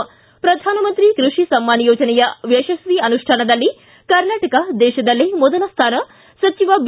ಿ ಪ್ರಧಾನಮಂತ್ರಿ ಕೃಷಿ ಸಮ್ಮಾನ ಯೋಜನೆಯ ಯಶಸ್ವಿ ಅನುಷ್ಠಾನದಲ್ಲಿ ಕರ್ನಾಟಕ ದೇಶದಲ್ಲೇ ಮೊದಲ ಸ್ಥಾನ ಸಚಿವ ಬಿ